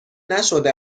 نشده